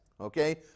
Okay